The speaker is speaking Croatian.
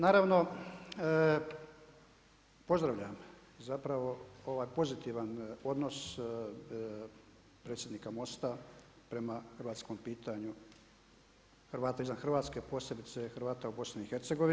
Naravno, pozdravljam zapravo ovaj pozitivan odnos predsjednika MOST-a prema hrvatskom pitanju Hrvata izvan Hrvatske, posebice Hrvata u BiH.